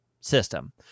system